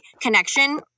connection